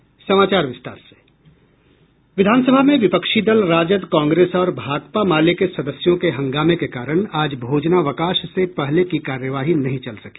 विधान सभा में विपक्षी दल राजद कांग्रेस और भाकपा माले के सदस्यों के हंगामे के कारण आज भोजनावकाश से पहले की कार्यवाही नहीं चल सकी